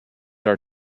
our